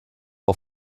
auf